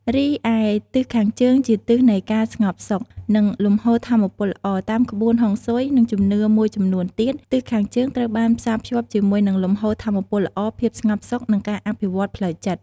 រីឯទិសខាងជើងជាទិសនៃភាពស្ងប់សុខ និងលំហូរថាមពលល្អ តាមក្បួនហុងស៊ុយ និងជំនឿមួយចំនួនទៀត ទិសខាងជើងត្រូវបានផ្សារភ្ជាប់ជាមួយនឹងលំហូរថាមពលល្អ ភាពស្ងប់សុខ និងការអភិវឌ្ឍន៍ផ្លូវចិត្ត។